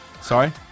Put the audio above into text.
Sorry